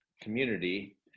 community